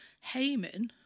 Haman